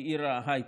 היא עיר ההייטק,